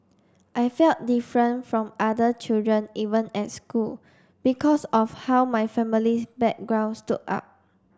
I felt different from other children even at school because of how my family's background stood out